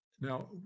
now